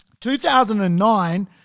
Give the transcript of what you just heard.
2009